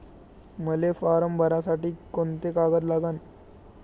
मले फारम भरासाठी कोंते कागद लागन?